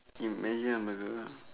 you measure on a girl lah